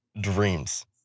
Dreams